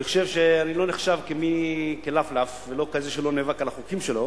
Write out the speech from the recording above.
אני חושב שאני לא נחשב כ"לפלף" ולא כזה שלא נאבק על החוקים שלו